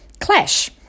clash